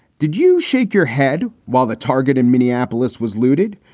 did you shake your head? while the target in minneapolis was looted?